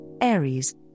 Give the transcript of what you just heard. Aries